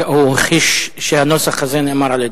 הוא הכחיש שהנוסח הזה נאמר על-ידו.